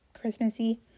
Christmassy